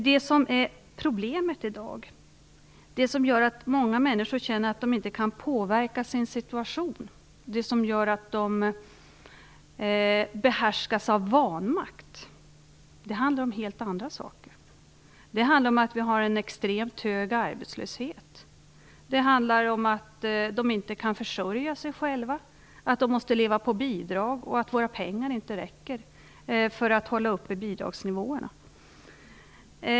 Det som är problemet i dag, det som gör att många människor känner att de inte kan påverka sin situation, som gör att de behärskas av vanmakt, är någonting helt anat. Det handlar om att vi har en extremt hög arbetslöshet, att människor inte kan försörja sig själva, att de måste leva på bidrag och att våra pengar inte räcker för att hålla uppe bidragsnivåerna.